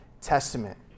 Testament